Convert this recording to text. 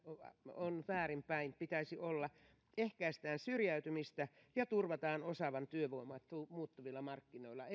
on väärinpäin pitäisi olla ehkäistään syrjäytymistä ja turvataan osaava työvoima muuttuvilla markkinoilla